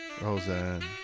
Roseanne